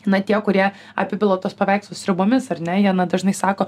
na tie kurie apipila tuos paveikslus sriubomis ar ne jie na dažnai sako